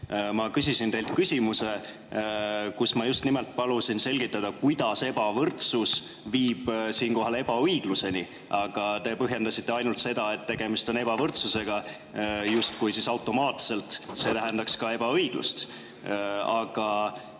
Ma küsisin teilt küsimuse, kus ma just nimelt palusin selgitada, kuidas ebavõrdsus viib siinkohal ebaõigluseni, aga te põhjendasite ainult seda, et tegemist on ebavõrdsusega, justkui see automaatselt tähendaks ka ebaõiglust.